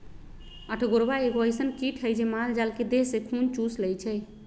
अठगोरबा एगो अइसन किट हइ जे माल जाल के देह से खुन चुस लेइ छइ